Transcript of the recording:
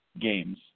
games